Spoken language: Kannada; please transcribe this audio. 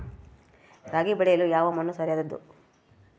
ರಾಗಿ ಬೆಳೆಯಲು ಯಾವ ಮಣ್ಣು ಸರಿಯಾದದ್ದು?